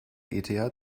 eth